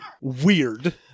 weird